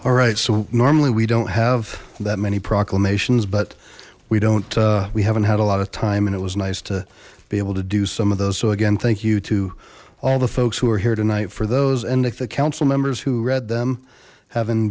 all right so normally we don't have that many proclamations but we don't we haven't had a lot of time and it was nice to be able to do some of those so again thank you to all the folks who are here tonight for those and if the councilmembers who read them having